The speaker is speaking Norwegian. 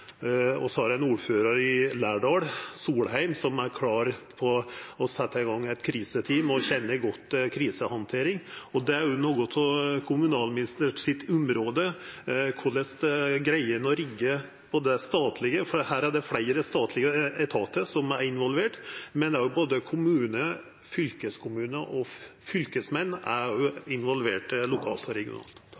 har ein ordførar i Lærdal, Solheim, som er klar til å setja i gang eit kriseteam, og som kjenner godt til krisehandtering. Det er òg noko av kommunalministeren sitt område. Korleis greier ein å rigge både statlege etatar – for her er det fleire statlege etatar som er involverte – og kommunar, fylkeskommune og fylkesmenn, som òg er involverte lokalt og regionalt?